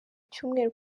cyumweru